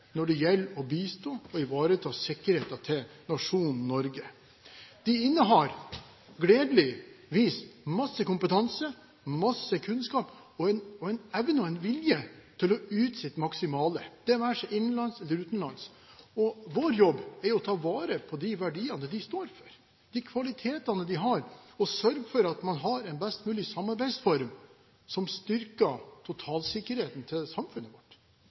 når det gjelder å bistå og ivareta sikkerheten til nasjonen Norge. De innehar – gledeligvis – mye kompetanse, mye kunnskap og en evne og vilje til å yte sitt maksimale, det være seg innenlands eller utenlands. Vår jobb er å ta vare på de verdiene de står for og kvalitetene de har, og sørge for at man har en best mulig samarbeidsform som styrker totalsikkerheten i samfunnet vårt.